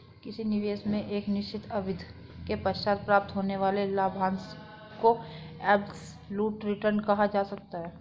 किसी निवेश में एक निश्चित अवधि के पश्चात प्राप्त होने वाले लाभांश को एब्सलूट रिटर्न कहा जा सकता है